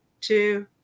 two